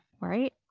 right